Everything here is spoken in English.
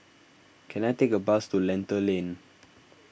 can I take a bus to Lentor Lane